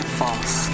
false